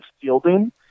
fielding